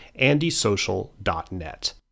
andysocial.net